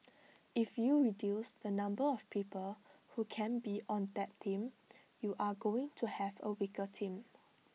if you reduce the number of people who can be on that team you're going to have A weaker team